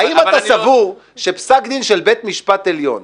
אבל אני לא --- האם אתה סבור שפסק דין של בית משפט עליון,